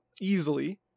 easily